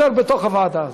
ביותר בתוך הוועדה הזאת.